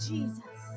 Jesus